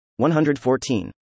114